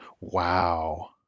Wow